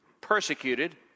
persecuted